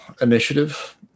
initiative